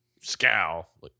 scowl